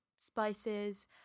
spices